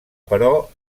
però